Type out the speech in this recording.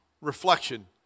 reflection